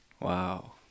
Wow